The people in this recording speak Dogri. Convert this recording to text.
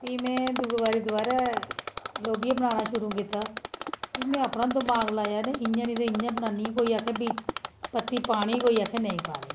फ्ही में दूई बारी दबारै लोभिया बनाने शुरू कीता फ्ही में अपना दमाग लाया इ'यां नेईं इ'यां बनान्नी कोई आक्खै पत्ती पानी कोई आक्खे नेईं पानी